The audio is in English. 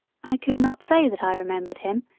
i could not say that i remembered him,